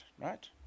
right